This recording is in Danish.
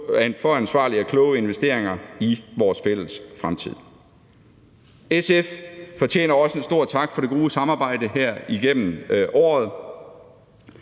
for ansvarlige og kloge investeringer i vores fælles fremtid. SF fortjener også en stor tak for det gode samarbejde igennem året.